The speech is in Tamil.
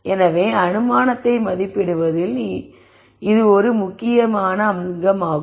எனவே அனுமானத்தை மதிப்பிடுவதில் இது ஒரு முக்கியமான அங்கமாகும்